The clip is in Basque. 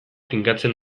finkatzen